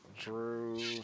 Drew